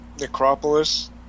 Necropolis